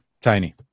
Tiny